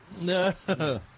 No